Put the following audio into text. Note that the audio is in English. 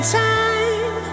time